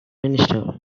ministers